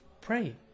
Pray